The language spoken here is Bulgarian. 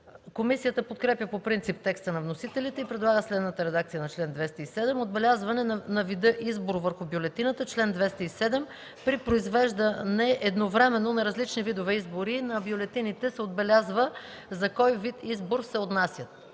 Комисията подкрепя по принцип текста на вносителите и предлага следната редакция на чл. 207: „Отбелязване на вида избор върху бюлетината Чл. 207. При произвеждане едновременно на различни видове избори на бюлетините се отбелязва за кой вид избор се отнасят.”